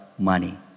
money